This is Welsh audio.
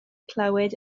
clywed